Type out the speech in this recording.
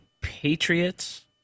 Patriots